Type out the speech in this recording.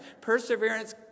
perseverance